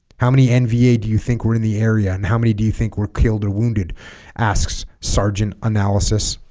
how many nva do you think were in the area and how many do you think were killed or wounded asks sergeant analysis